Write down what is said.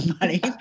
money